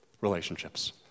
relationships